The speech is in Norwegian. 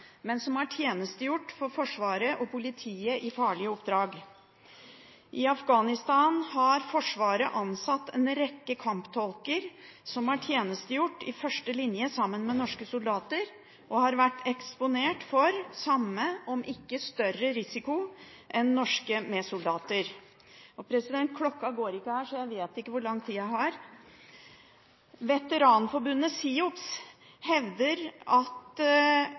Forsvaret og politiet i farlige oppdrag. I Afghanistan har Forsvaret ansatt en rekke kamptolker som har tjenestegjort i første linje sammen med norske soldater, og som har vært eksponert for samme – om ikke større – risiko som norske medsoldater.